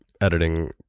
editing